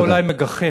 זה אולי מגחך,